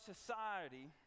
society